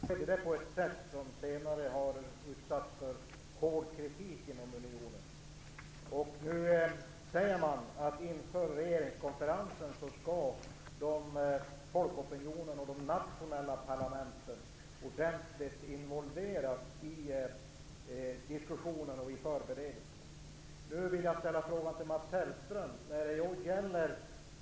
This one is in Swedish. Fru talman! När Maastrichtfördraget genomdrevs skedde det på ett sätt som senare har utsatts för hård kritik inom unionen. Nu säger man att folkopinionen och de nationella parlamenten skall involveras ordentligt i diskussionen och förberedelserna inför regeringskonferensen. Jag vill ställa en fråga till Mats Hellström.